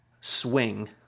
swing